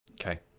Okay